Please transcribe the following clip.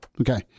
Okay